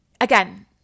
Again